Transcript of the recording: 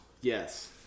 Yes